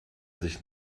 sich